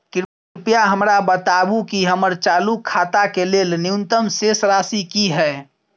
कृपया हमरा बताबू कि हमर चालू खाता के लेल न्यूनतम शेष राशि की हय